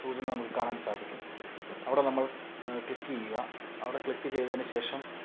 സൂചന നമുക്ക് കാണാന് സാധിക്കും അവിടെ നമ്മള് ക്ലിക്ക് ചെയ്യുക അവിടെ ക്ലിക്ക് ചെയ്തതിന് ശേഷം